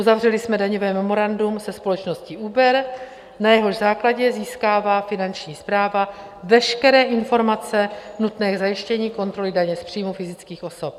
Uzavřeli jsme daňové memorandum se společností Uber, na jehož základě získává finanční správa veškeré informace nutné k zajištění kontroly daně z příjmů fyzických osob.